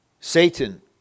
Satan